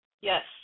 Yes